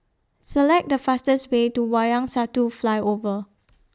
Select The fastest Way to Wayang Satu Flyover